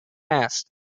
caste